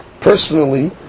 personally